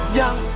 young